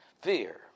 fear